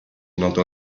notò